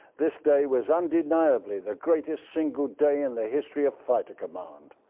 this day was undeniably the greatest single day in the history of fighter command.